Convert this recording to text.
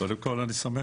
קודם כל אני שמח.